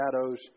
shadows